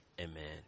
Amen